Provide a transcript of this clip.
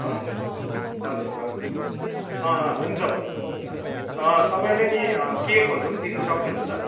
हजुर हजुर हजुर अँ हुन्छ हुन्छ हुन्छ तपाईँले नि केकहरू पनि दिन सक्नुहुन्छ